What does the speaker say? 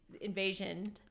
invasion